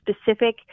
specific